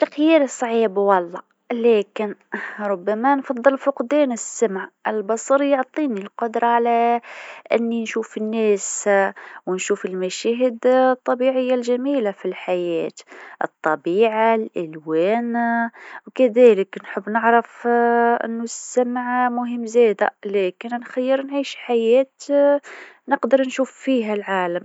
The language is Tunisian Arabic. الاختيار صعيب والله، لكن ربما نفضل فقدان السمع، البصر يعطيني القدره على إني نشوف الناس ونشوف المشاهد الطبيعيه الجميله في الحياة، الطبيعه الألوان وكذلك نحب نعرف إنو السمع مهم زاده لكن نفضل نعيش حياة نقدر نشوف فيها العالم.